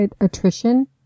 attrition